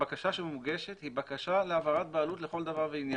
הבקשה שמוגשת היא בקשה להעברת בעלות לכל דבר ועניין.